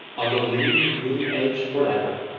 on the lean, green edge for ever,